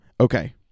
Okay